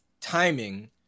timing